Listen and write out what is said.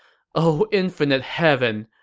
oh infinite heaven,